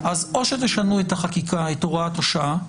או שתשנו את החקיקה, את הוראת השעה,